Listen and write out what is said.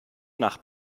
nach